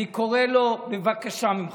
אני קורא לו: בבקשה ממך,